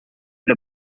the